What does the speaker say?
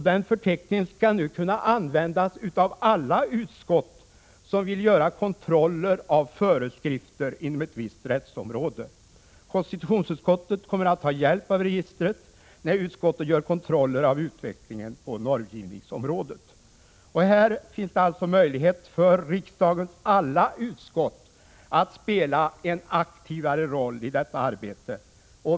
Den förteckningen skall kunna användas av alla utskott som vill göra kontroller av föreskrifter inom ett visst rättsområde. Konstitutionsutskottet kommer att ha hjälp av registret när utskottet gör kontroller av utvecklingen på normgivningsområdet. Här finns det således möjlighet för riksdagens samtliga utskott att spela en aktivare roll i detta arbete.